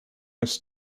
his